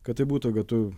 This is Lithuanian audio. kad tai būtų tu